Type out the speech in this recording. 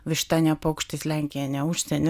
višta ne paukštis lenkija ne užsienis